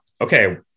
okay